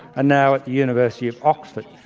and now at the university of oxford.